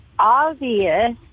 obvious